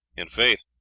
in faith,